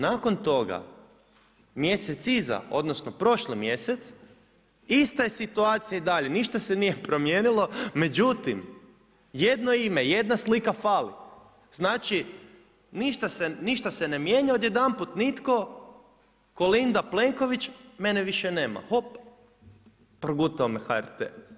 Nakon toga mjesec iza odnosno prošli mjesec ista je situacija i dalje, ništa se nije promijenilo, međutim jedno ime, jedna slika fali znači ništa se ne mijenja odjedanput nitko Kolinda, Plenković mene više nema, hop progutao me HRT.